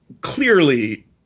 Clearly